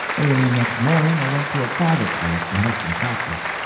early next morning i went to a private place to have some practice.